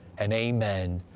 and amen.